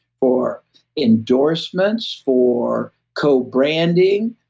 for endorsements, for co-branding,